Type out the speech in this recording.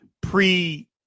pre